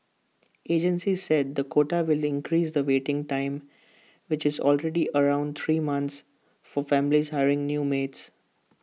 agencies said the quota will increase the waiting time which is already around three months for families hiring new maids